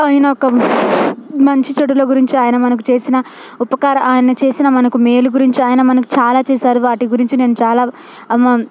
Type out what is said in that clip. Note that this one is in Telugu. ఆయన ఒక మంచి చెడుల గురించి ఆయన మనకు చేసిన ఉపకార ఆయన చేసిన మనకు మేలు గురించి ఆయన మనకు చాలా చేసారు వాటి గురించి నేను చాలా